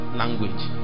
language